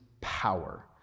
power